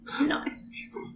Nice